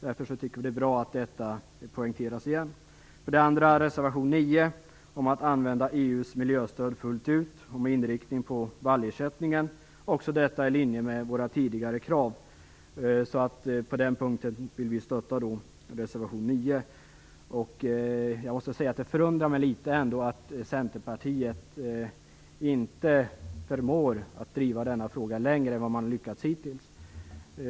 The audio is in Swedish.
Därför tycker vi att det är bra att detta poängteras igen. För det andra är det reservation 9 om att använda EU:s miljöstöd fullt ut med inriktning på vallersättning, också detta i linje med våra tidigare krav. På den punkten vill vi alltså stötta reservation 9. Jag måste säga att jag förundras litet över att Centerpartiet inte förmår att driva denna fråga längre än vad man har lyckats göra hittills.